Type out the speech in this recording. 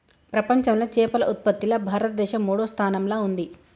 ప్రపంచంలా చేపల ఉత్పత్తిలా భారతదేశం మూడో స్థానంలా ఉంది